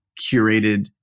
curated